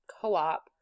co-op